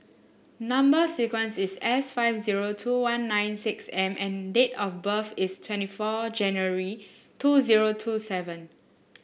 number sequence is S five zero two one nine six M and date of birth is twenty four January two zero two seven